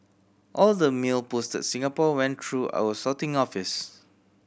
all the mail posted Singapore went through our sorting office